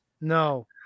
No